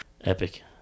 epic